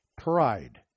pride